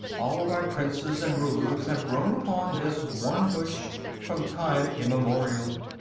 all of our princes and rulers have grown upon this one bush from time immemorial.